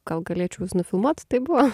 gal galėčiau jus nufilmuot taip buvo